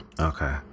Okay